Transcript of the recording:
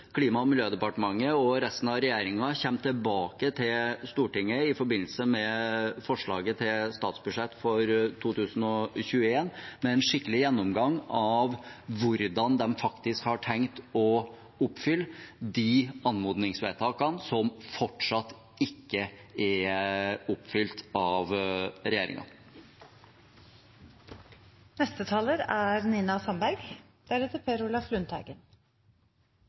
Klima- og miljødepartementet og resten av regjeringen kommer tilbake til Stortinget i forbindelse med forslaget til statsbudsjett for 2021 med en skikkelig gjennomgang av hvordan de faktisk har tenkt å oppfylle de anmodningsvedtakene som fortsatt ikke er oppfylt av